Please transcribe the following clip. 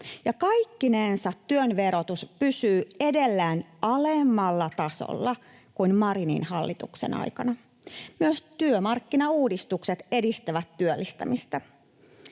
kaikkinensa työn verotus pysyy edelleen alemmalla tasolla kuin Marinin hallituksen aikana. Myös työmarkkinauudistukset edistävät työllistymistä.